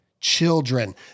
children